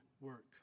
work